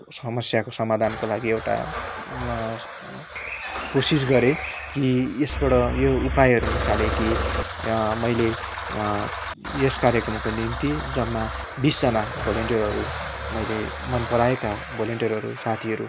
समस्याको समाधानको लागि एउटा कोसिस गरेँ कि यसबाट यो उपायहरू निकाले कि मैले यस कार्यक्रमको निम्ति जम्मा बिसजना भोलिन्ट्यरहरू मैले मन पराएका भोलिन्ट्यरहरू साथीहरू